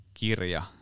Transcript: kirja